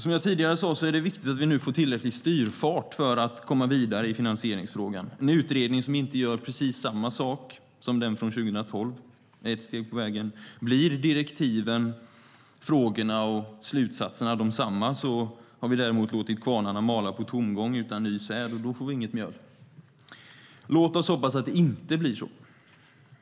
Som jag tidigare sa är det viktigt att vi får tillräcklig styrfart för att komma vidare i finansieringsfrågan och en utredning som inte gör precis samma sak som den från 2012. Det är ett steg på vägen. Blir direktiven, frågorna och slutsatserna desamma har vi däremot låtit kvarnarna mala på tomgång, utan ny säd, och då får vi inget mjöl. Låt oss hoppas att det inte blir så.